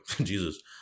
Jesus